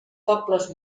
pobles